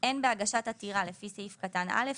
אין בהגשת עתירה לפי סעיף קטן (א),